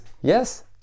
yes